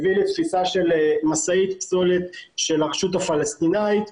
הביא לתפיסה של משאית פסולת של הרשות הפלשתינאית,